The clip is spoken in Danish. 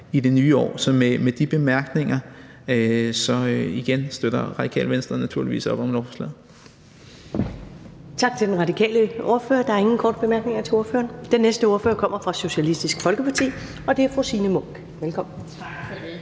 i det nye år. Så med de bemærkninger støtter Radikale Venstre naturligvis op om lovforslaget.